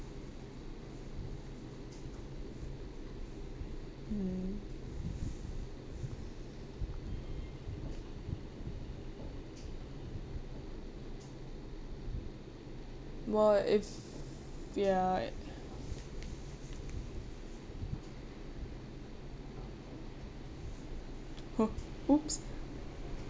mm but if ya oh !oops!